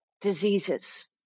diseases